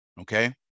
okay